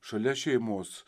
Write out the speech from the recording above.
šalia šeimos